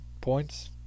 points